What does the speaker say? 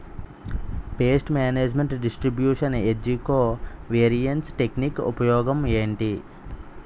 paste management distribution ఏజ్జి covariance technique ఉపయోగం ఏంటి